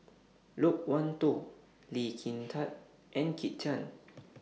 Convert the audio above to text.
Loke Wan Tho Lee Kin Tat and Kit Chan